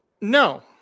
No